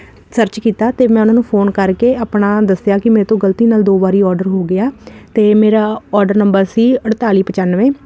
search ਕੀਤਾ ਤੇ ਮੈਂ ਉਹਨਾਂ ਨੂੰ ਫੋਨ ਕਰਕੇ ਆਪਣਾ ਦੱਸਿਆ ਕਿ ਮੇਰੇ ਤੋਂ ਗਲਤੀ ਨਾਲ ਦੋ ਵਾਰੀ ਆਰਡਰ ਹੋ ਗਿਆ ਤੇ ਮੇਰਾ ਆਰਡਰ ਨੰਬਰ ਸੀ ਅਠਤਾਲੀ ਪਚਾਨਵੇਂ